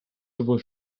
sowohl